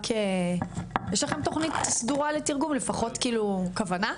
יש לכם תוכנית סדורה לתרגום, לפחות כאילו כוונה?